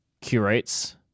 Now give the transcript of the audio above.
curates